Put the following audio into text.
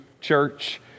church